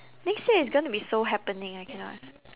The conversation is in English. next year is gonna be so happening I cannot